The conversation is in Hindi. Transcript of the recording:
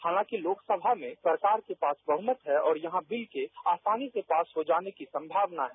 हालांकि लोकसभा में सरकार के पास बहमत है और यहां बिल के आसानी से पास हो जाने की संभावना है